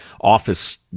office